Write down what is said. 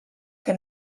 que